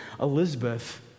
Elizabeth